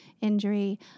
injury